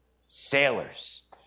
Sailors